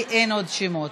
לי אין עוד שמות.